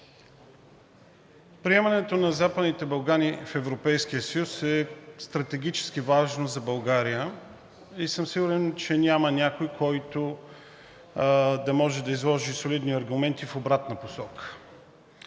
Приемането на Западните Балкани в Европейския съюз е стратегически важно за България и съм сигурен, че няма някой, който да може да изложи солидни аргументи в обратна посока.